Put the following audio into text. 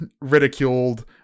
ridiculed